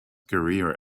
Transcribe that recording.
career